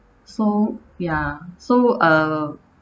so ya so uh